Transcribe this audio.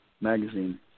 magazine